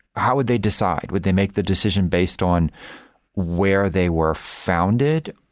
how would they decide? would they make the decision based on where they were founded?